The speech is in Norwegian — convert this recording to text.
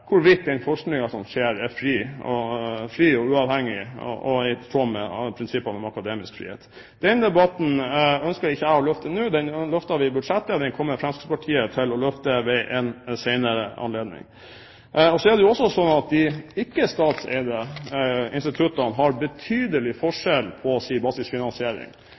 hvorvidt den forskningen som skjer, er fri og uavhengig og i tråd med prinsippene om akademisk frihet. Den debatten ønsker ikke jeg å løfte nå, den løftet vi i budsjettet, og den kommer Fremskrittspartiet til å løfte ved en senere anledning. Så er det også slik at de ikke-statseide instituttene har betydelig forskjell på sin basisfinansiering.